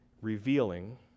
revealing